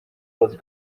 بازی